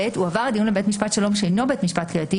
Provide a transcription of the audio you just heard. הועבר הדיון לבית משפט שלום שאינו בית משפט קהילתי,